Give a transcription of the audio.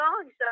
songs